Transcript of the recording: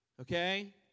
Okay